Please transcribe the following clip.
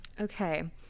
Okay